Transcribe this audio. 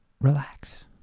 relax